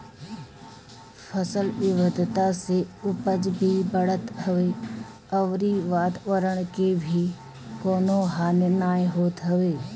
फसल विविधता से उपज भी बढ़त हवे अउरी वातवरण के भी कवनो हानि नाइ होत हवे